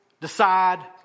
decide